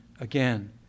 again